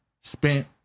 spent